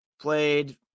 played